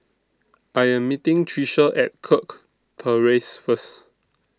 I Am meeting Tricia At Kirk Terrace First